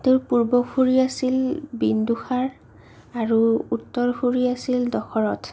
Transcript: তেওঁৰ পূৰ্বসুৰী আছিল বিন্দুসাৰ আৰু উত্তৰসুৰী আছিল দশৰথ